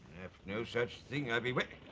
no such thing. i've been waiting.